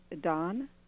don